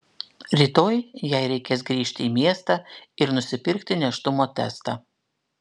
rytoj jai reikės grįžti į miestą ir nusipirkti nėštumo testą